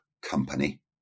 company